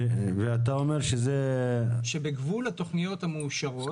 אתה אומר -- בגבול התכניות המאושרות.